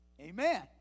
Amen